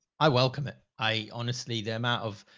i welcome it. i honestly, the amount of.